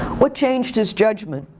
what changed his judgement?